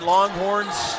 Longhorns